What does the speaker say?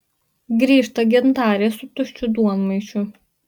grįžta gintarė su tuščiu duonmaišiu